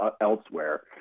elsewhere